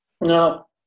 No